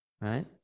right